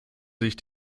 sich